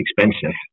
expensive